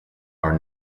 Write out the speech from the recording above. are